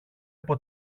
από